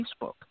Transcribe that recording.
Facebook